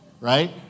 right